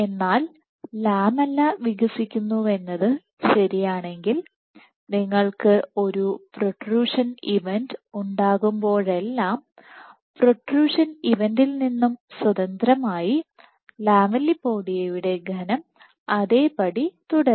എന്നാൽ ലാമെല്ല വികസിക്കുന്നുവെന്നത് ശരിയാണെങ്കിൽ നിങ്ങൾക്ക് ഒരു പ്രോട്രൂഷൻ ഇവന്റ് ഉണ്ടാകുമ്പോഴെല്ലാം പ്രൊട്രുഷൻ ഇവന്റിൽ നിന്നും സ്വതന്ത്രമായി ലാമെല്ലിപോഡിയയുടെ ഘനം അതേപടി തുടരും